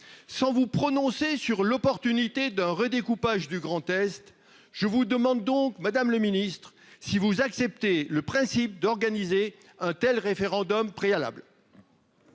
Sans vous prononcer sur l'opportunité d'un redécoupage du Grand-Est. Je vous demande donc Madame le Ministre si vous acceptez le principe d'organiser un tel référendum préalable.